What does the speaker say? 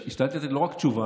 השתדלתי לתת לא רק תשובה,